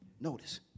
Notice